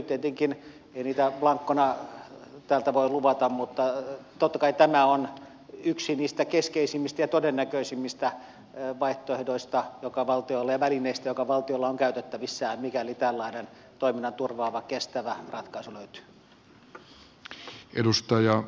tietenkään ei niitä blankona täältä voi luvata mutta totta kai tämä on yksi niistä keskeisimmistä ja todennäköisimmistä vaihtoehdoista ja välineistä jotka valtiolla on käytettävissään mikäli tällainen toiminnan turvaava kestävä ratkaisu löytyy